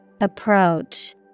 Approach